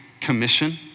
commission